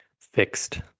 fixed